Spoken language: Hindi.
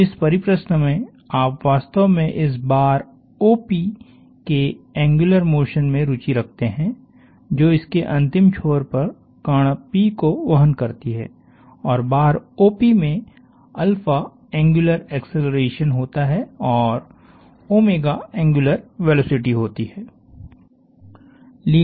तो इस परिप्रश्न में आप वास्तव में इस बार OP के एंग्यूलर मोशन में रुचि रखते हैं जो इसके अंतिम छोर पर कण P को वहन करती है और बार OP में एंग्यूलर एक्सेलरेशन होता है और एंग्यूलर वेलोसिटी होती है